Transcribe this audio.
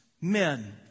men